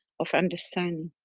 of understanding.